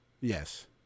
Yes